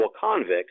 convicts